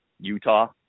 Utah